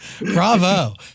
Bravo